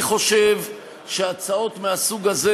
אני חושב שהצעות מהסוג הזה,